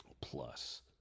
Plus